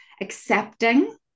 accepting